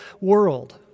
world